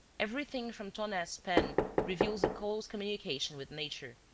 everything from taunay's pen reveals a close communion with nature,